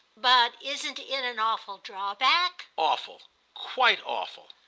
but isn't it an awful drawback? awful quite awful.